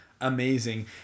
amazing